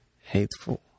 hateful